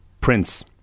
Prince